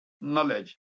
knowledge